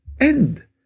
end